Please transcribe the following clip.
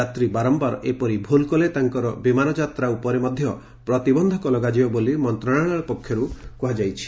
ଯାତ୍ରୀ ବାରମ୍ୟାର ଏପରି ଭୁଲ୍ କଲେ ତାଙ୍କର ବିମାନ ଯାତ୍ରା ଉପରେ ପ୍ରତିବନ୍ଧକ ଲଗାଯିବ ବୋଲି ମନ୍ତଶାଳୟ ପକ୍ଷରୁ କୁହାଯାଇଛି